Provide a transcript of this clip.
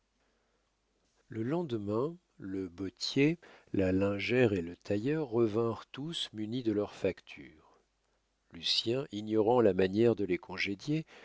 le lendemain le bottier la lingère et le tailleur revinrent tous munis de leurs factures lucien ignorant la manière de les congédier